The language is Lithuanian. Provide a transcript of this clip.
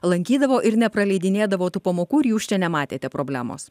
lankydavo ir nepraleidinėdavo tų pamokų ir jūs čia nematėte problemos